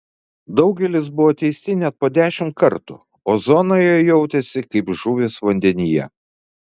daugelis buvo teisti net po dešimt kartų o zonoje jautėsi kaip žuvys vandenyje